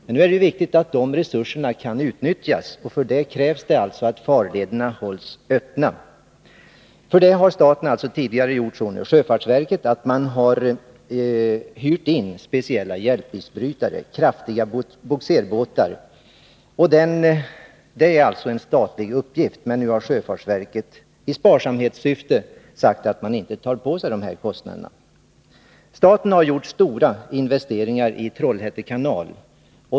Det är ju viktigt att dessa resurser kan utnyttjas, och för detta krävs att farlederna hålls öppna. För detta ändamål har staten — sjöfartsverket — tidigare hyrt in speciella hjälpisbrytare, kraftiga bogserbåtar. Detta är alltså en statlig uppgift, men nu har sjöfartsverket sagt att man i besparingssyfte inte tar på sig de här kostnaderna. Staten har gjort stora investeringar i Trollhätte kanal.